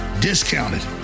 discounted